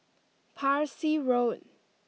Parsi Road